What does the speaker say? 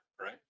right